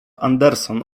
anderson